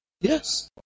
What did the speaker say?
Yes